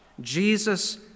Jesus